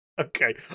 Okay